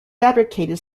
fabricated